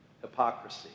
Hypocrisy